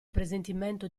presentimento